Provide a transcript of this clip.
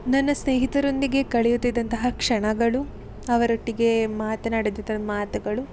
ನನ್ನ ಸ್ನೇಹಿತರೊಂದಿಗೆ ಕಳೆಯುತ್ತಿದ್ದಂತಹ ಕ್ಷಣಗಳು ಅವರೊಟ್ಟಿಗೆ ಮಾತನಾಡಿದ್ದ ಮಾತುಗಳು